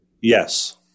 Yes